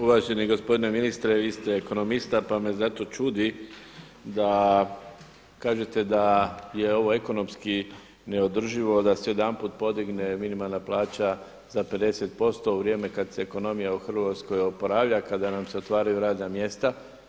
Uvaženi gospodine ministre, vi ste ekonomista pa me zato čudi da kažete da je ovo ekonomski neodrživo da se odjedanput podigne minimalna plaća za 50% u vrijeme kad se ekonomija u Hrvatskoj oporavlja, kada nam se otvaraju radna mjesta.